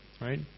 right